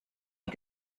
die